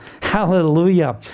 Hallelujah